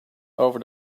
over